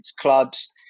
clubs